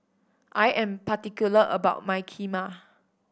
I am particular about my Kheema